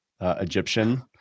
Egyptian